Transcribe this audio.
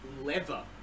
lever